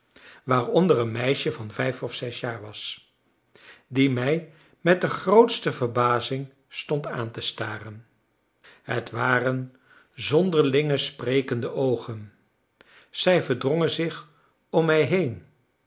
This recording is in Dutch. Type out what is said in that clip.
waaronder een meisje van vijf of zes jaar was die mij met de grootste verbazing stond aan te staren het waren zonderlinge sprekende oogen zij verdrongen zich om mij heen